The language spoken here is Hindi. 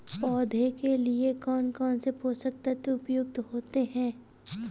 पौधे के लिए कौन कौन से पोषक तत्व उपयुक्त होते हैं?